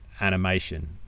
animation